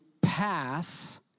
pass